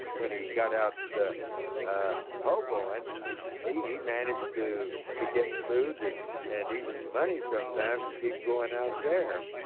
when he got out the ah hobo and and he manage to to get food and and even money sometimes to keep going out there.